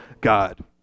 God